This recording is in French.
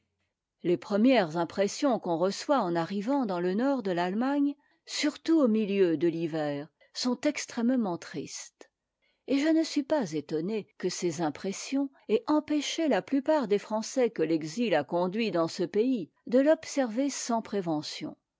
les premières impressions qu'on reçoit en arrivant dans le nord de l'allemagne surtout au milieu de l'hiver sont extrêmement tristes et je ne suis pas étonnée que ces impressions aient empêché la plupart des français que l'exil a conduits s dans ce pays de l'observer sans prévention